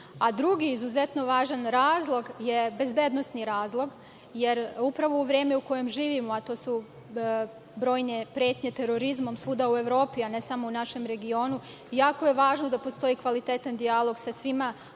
Drugi izuzetno važan razlog je bezbednosni razlog, jer upravo u vreme u kojem živimo, a to su brojne pretnje terorizma svuda u Evropi, ne samo u našem regionu, jako je važno da postoji kvalitetan dijalog sa svima